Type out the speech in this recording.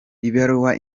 ibaruwa